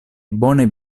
bone